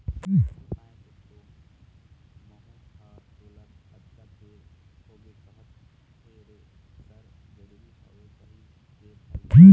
उही पाय के तो महूँ ह तोला अतका बेर होगे कहत थेरेसर जरुरी हवय कहिके भाई